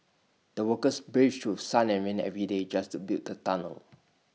the workers braved through sun and rain every day just to build the tunnel